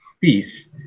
peace